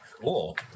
Cool